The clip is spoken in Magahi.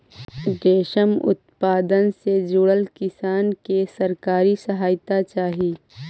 रेशम उत्पादन से जुड़ल किसान के सरकारी सहायता चाहि